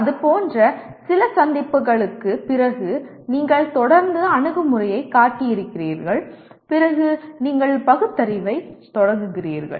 அது போன்ற சில சந்திப்புகளுக்குப் பிறகு நீங்கள் தொடர்ந்து அணுகுமுறையைக் காட்டியிருக்கிறீர்கள் பிறகு நீங்கள் பகுத்தறிவைத் தொடங்குகிறீர்கள்